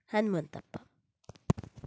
Hanumanthappa